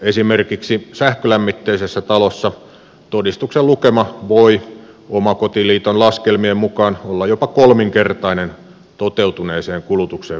esimerkiksi sähkölämmitteisessä talossa todistuksen lukema voi omakotiliiton laskelmien mukaan olla jopa kolminkertainen toteutuneeseen kulutukseen verrattuna